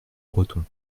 breton